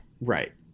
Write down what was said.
right